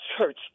church